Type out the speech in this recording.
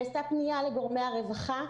נעשתה פנייה לגורמי הרווחה,